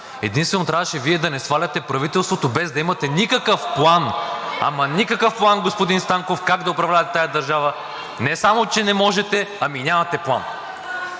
Единствено трябваше Вие да не сваляте правителството, без да имате никакъв план, ама никакъв план, господин Станков, как да управлявате тази държава. Не само че не можете, ами и нямате план.